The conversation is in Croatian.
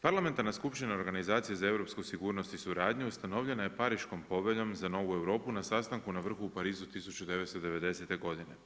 Parlamentarna skupština Organizacije za europsku sigurnost i suradnju, ustanovljena je Pariškom poveljom za Novu Europu na sastanku na vrhu u Parizu 1990. godine.